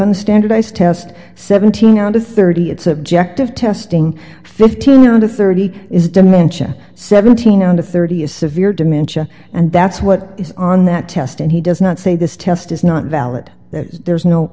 on standardized test seventeen out of thirty it's objective testing fifteen to thirty is dimension seventeen out of thirty is severe dementia and that's what is on that test and he does not say this test is not valid that there's no